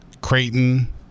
Creighton